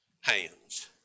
hands